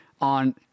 on